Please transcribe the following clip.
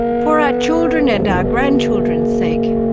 for our children and grandchildren's sake,